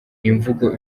imvugo